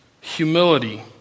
humility